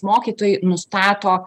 mokytojai nustato